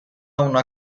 una